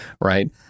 right